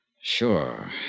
Sure